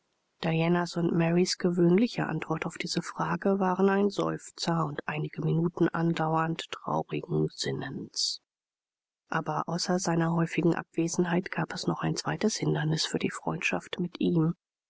und marys gewöhnliche antwort auf diese frage waren ein seufzer und einige minuten anscheinend traurigen sinnens aber außer seiner häufigen abwesenheit gab es noch ein zweites hindernis für die freundschaft mit ihm